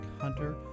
Hunter